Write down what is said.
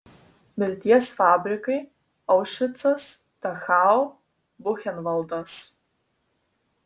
mirties fabrikai aušvicas dachau buchenvaldas